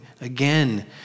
again